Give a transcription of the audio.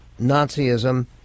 Nazism